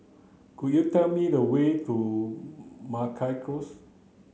could you tell me the way to Meragi Close